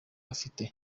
afite